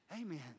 Amen